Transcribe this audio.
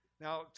Now